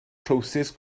trowsus